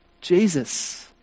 Jesus